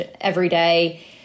everyday